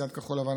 סיעת כחול לבן,